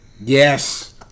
Yes